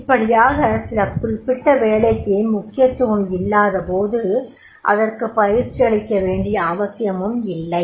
இப்படியாக சில குறிப்பிட்ட வேலைக்கு முக்கியத்துவம் இல்லாதபோது அதற்கு பயிற்சி அளிக்க வேண்டிய அவசியமுமில்லை